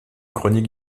chronique